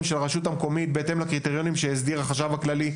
של הרשות המקומית ושל החשב הכללי,